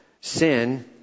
Sin